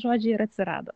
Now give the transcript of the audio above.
žodžiai ir atsirado